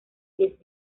les